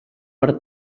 per